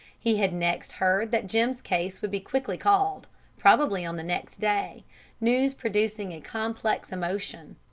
he had next heard that jim's case would be quickly called probably on the next day news producing a complex emotion,